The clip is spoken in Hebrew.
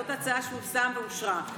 זאת ההצעה שהוצעה ואושרה.